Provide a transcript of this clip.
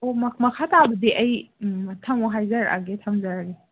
ꯑꯣ ꯃꯈꯥ ꯇꯥꯕꯗꯤ ꯑꯩ ꯃꯊꯪ ꯑꯃꯨꯛ ꯍꯥꯏꯖꯔꯛꯂꯒꯦ ꯊꯝꯖꯔꯒꯦ